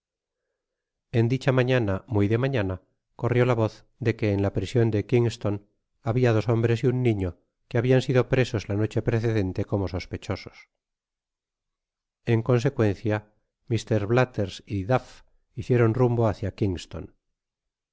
en dicha mañana muy de mañana corrió la voz de que en la prision de kingston habia dos hombres y un niño que habian sido presos la noche precedente como sospechosos en consecuencia mm blathers y duff hicieron rumbo hácia